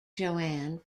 joanne